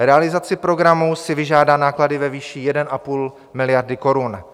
Realizace programu si vyžádá náklady ve výši 1,5 miliardy korun.